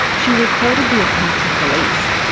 she reported the attack to police.